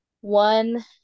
one